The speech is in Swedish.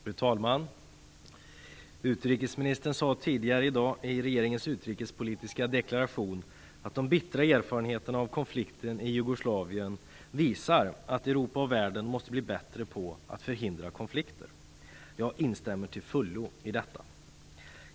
Fru talman! Utrikesministern sade tidigare i dag i regeringens utrikespolitiska deklaration att de bittra erfarenheterna av konflikten i Jugoslavien visar att Europa och världen måste bli bättre på att förhindra konflikter. Jag instämmer till fullo i detta.